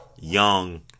Young